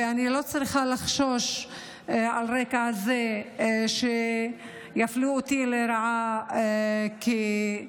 ואני לא צריכה לחשוש שעל רקע זה יפלו אותי לרעה כאישה.